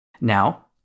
Now